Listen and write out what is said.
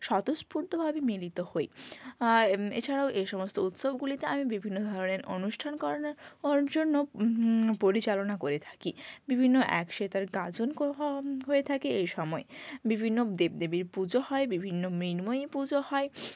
স্বতঃস্ফূর্তভাবে মিলিত হই এছাড়াও এই সমস্ত উৎসবগুলিতে আমি বিভিন্ন ধরনের অনুষ্ঠান করানোর জন্য পরিচালনা করে থাকি বিভিন্ন একসেত আর গাজন হয়ে থাকে এই সময় বিভিন্ন দেবদেবীর পুজো হয় বিভিন্ন মৃন্ময়ী পুজো হয়